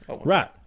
Right